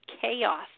chaos